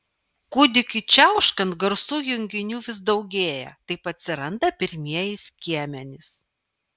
kūdikiui čiauškant garsų junginių vis daugėja taip atsiranda pirmieji skiemenys